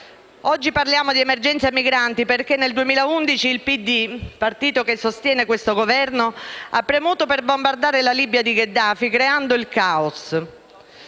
Oggi parliamo di emergenza migranti perché nel 2011 il PD, partito che sostiene questo Governo, ha premuto per bombardare la Libia di Gheddafi, creando il caos.